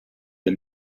the